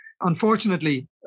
unfortunately